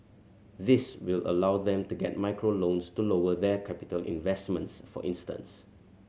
this will allow them to get micro loans to lower their capital investments for instance